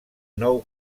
nou